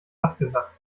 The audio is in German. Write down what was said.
abgesackt